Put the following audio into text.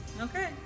Okay